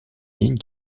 ligne